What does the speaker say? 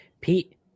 Pete